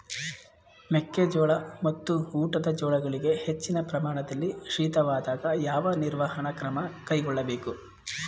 ಮೆಕ್ಕೆ ಜೋಳ ಮತ್ತು ಊಟದ ಜೋಳಗಳಿಗೆ ಹೆಚ್ಚಿನ ಪ್ರಮಾಣದಲ್ಲಿ ಶೀತವಾದಾಗ, ಯಾವ ನಿರ್ವಹಣಾ ಕ್ರಮ ಕೈಗೊಳ್ಳಬೇಕು?